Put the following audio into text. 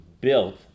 built